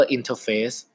Interface